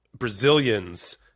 Brazilians